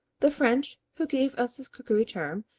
the french, who gave us this cookery term,